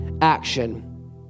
action